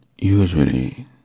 Usually